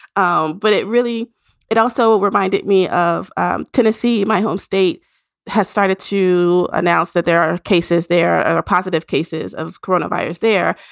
um but it really it also reminded me of ah tennessee. my home state has started to announce that there are cases there are positive cases of coronavirus there.